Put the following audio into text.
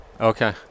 Okay